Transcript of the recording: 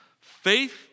Faith